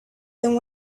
than